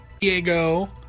Diego